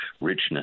richness